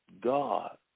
God